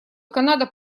канада